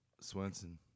Swenson